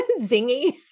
zingy